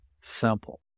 simple